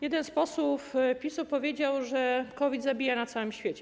Jeden z posłów PiS powiedział, że COVID zabija na całym świecie.